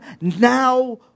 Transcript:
now